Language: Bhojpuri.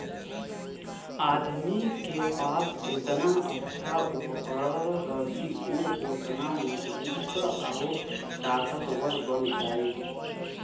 आदमी के पास जेतना जादा उपकरण रही उ ओतने मजबूत आउर ताकतवर बन जाई